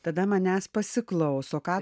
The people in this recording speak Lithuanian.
tada manęs pasiklauso ką